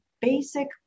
basic